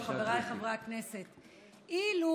חבריי חברי הכנסת, אילו